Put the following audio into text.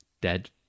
dead